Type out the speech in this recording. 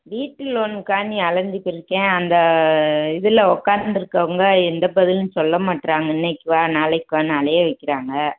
வீட்டு லோன்க்காண்டி அலைஞ்சிக்கிருக்கேன் அந்த இதில் உட்காந்திருக்கவங்க எந்த பதிலும் சொல்ல மாட்டுறாங்க இன்னைக்கு வா நாளைக்கு வான்னு அலைய வைக்கிறாங்க